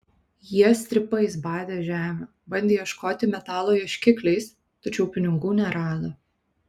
jie strypais badė žemę bandė ieškoti metalo ieškikliais tačiau pinigų nerado